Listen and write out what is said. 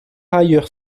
ailleurs